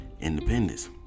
Independence